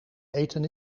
eten